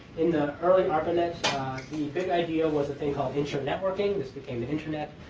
in the early arpanet the big idea was a thing called internetworking. this became the internet.